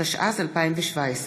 התשע"ז 2017,